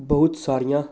ਬਹੁਤ ਸਾਰੀਆਂ